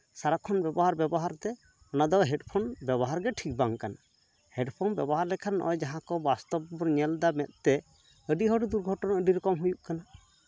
ᱥᱟᱨᱟᱠᱷᱚᱱ ᱵᱮᱵᱚᱦᱟᱨ ᱵᱮᱵᱚᱦᱟᱨ ᱛᱮ ᱚᱱᱟᱫᱚ ᱦᱮᱰᱯᱷᱚᱱ ᱵᱮᱵᱚᱦᱟᱨᱜᱮ ᱴᱷᱤᱠ ᱵᱟᱝ ᱠᱟᱱᱟ ᱦᱮᱰᱯᱷᱳᱱ ᱵᱮᱵᱚᱦᱟᱨ ᱞᱮᱠᱷᱟᱱ ᱱᱚᱜᱼᱚᱭ ᱡᱟᱦᱟᱸ ᱠᱚ ᱵᱟᱥᱛᱚᱵ ᱵᱚᱱ ᱧᱮᱞᱫᱟ ᱢᱮᱸᱫ ᱛᱮ ᱟᱹᱰᱤ ᱦᱚᱲ ᱫᱩᱨᱜᱷᱚᱴᱚᱱᱟ ᱟᱹᱰᱤ ᱨᱚᱠᱚᱢ ᱦᱩᱭᱩᱜ ᱠᱟᱱᱟ